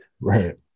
right